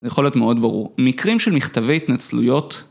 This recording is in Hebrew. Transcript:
זה יכול להיות מאוד ברור. מקרים של מכתבי התנצלויות.